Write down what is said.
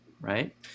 right